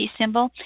symbol